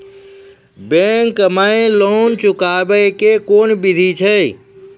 Bank माई loan चुकाबे के कोन बिधि छै?